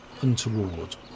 untoward